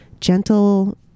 gentle